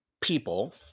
people